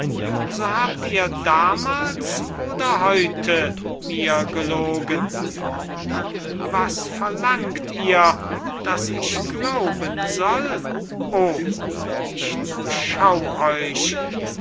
so habt ihr damals oder heute mir gelogen an was verlangt ihr daß ich glauben soll o ich durchschau euch